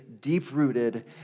deep-rooted